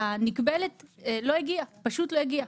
הנקבלת לא הגיעה, פשוט לא הגיעה.